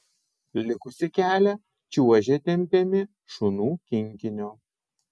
likusį kelią čiuožė tempiami šunų kinkinio